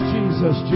Jesus